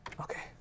Okay